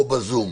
או בזום,